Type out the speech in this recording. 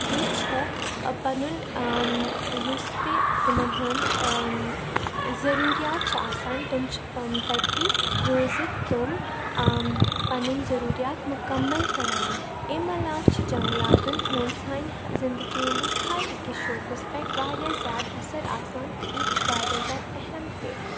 بیٚیہِ چھِ پَنُن یُس تہِ تمَن ہُنٛد ضوٚروٗریات چھِ آسان تٕم چھِ تَتہِ روٗزِتھ تم پَنٕنۍ ضٔروٗریات مُکمل کَران امہِ علاوٕ چھِ جنٛگلاتَن ہُنٛد سانہِ زِندگی ہِنٛدِس ہَر أکِس شوبَس پیٚٹھ واریاہ زیادٕ اَثَر آسان تہٕ یہِ چھِ واریاہ زیادٕ اہم تہِ